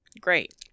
Great